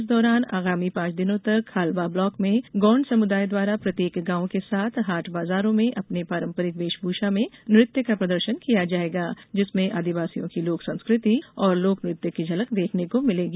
इस दौरान आगामी पाँच दिनों तक खालवा ब्लॉक में गोंड समुदाय द्वारा प्रत्येक गांव के साथ हाट बाजारों में अपने पारंपरिक वेशभूषा नृत्य का प्रदर्शन किया जाएगा जिसमें आदिवासियों की लोक संस्कृति एवं लोक नृत्य की झलक देखने को मिलेगी